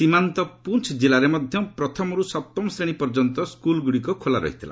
ସୀମାନ୍ତ ପୁଞ୍ଚ କିଲ୍ଲାରେ ମଧ୍ୟ ପ୍ରଥମରୁ ସପ୍ତମ ଶ୍ରେଣୀ ପର୍ଯ୍ୟନ୍ତ ସ୍କୁଲଗୁଡ଼ିକ ଖୋଲା ରହିଥିଲା